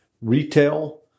Retail